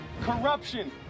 corruption